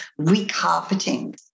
recarpeting